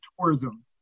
tourism